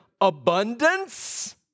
abundance